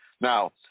Now